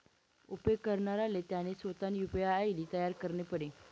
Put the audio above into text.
उपेग करणाराले त्यानी सोतानी यु.पी.आय आय.डी तयार करणी पडी